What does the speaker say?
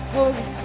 Holy